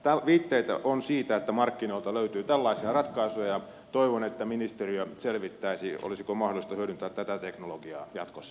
viitteitä on siitä että markkinoilta löytyy tällaisia ratkaisuja ja toivon että ministeriö selvittäisi olisiko mahdollista hyödyntää tätä teknologiaa jatkossa